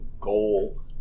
goal